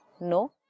No